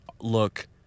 look